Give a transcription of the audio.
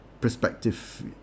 perspective